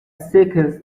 circus